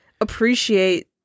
appreciate